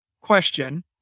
question